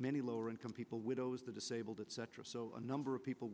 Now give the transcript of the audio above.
many lower income people widows the disabled etc so a number of people